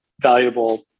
valuable